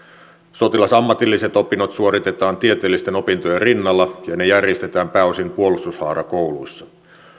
sotilasammatilliset opinnot suoritetaan tieteellisten opintojen rinnalla ja ne järjestetään pääosin puolustushaarakouluissa